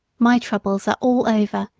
my troubles are all over,